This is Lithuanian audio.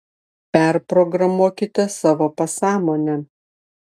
perprogramuokite savo pasąmonę